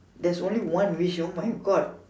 there's only one wish oh my God